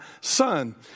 son